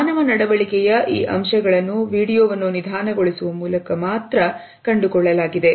ಮಾನವ ನಡವಳಿಕೆಯ ಈ ಅಂಶಗಳನ್ನು ವಿಡಿಯೋವನ್ನು ನಿಧಾನಗೊಳಿಸುವ ಮೂಲಕ ಮಾತ್ರ ಕಂಡುಕೊಳ್ಳಲಾಗಿದೆ